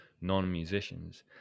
non-musicians